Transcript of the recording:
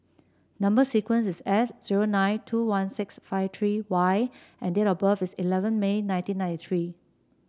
number sequence is S zero nine two one six five three Y and date of birth is eleven May nineteen ninety three